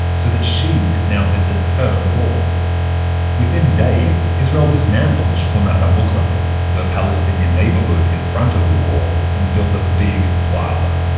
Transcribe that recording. so that she could now visit her wall within days, israel dismantled schunat hamugrabim, the palestinian neighborhood in front of the wall, and built a big plaza.